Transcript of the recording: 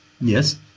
Yes